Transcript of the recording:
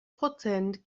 prozent